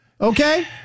okay